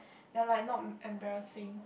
they are like not embarrassing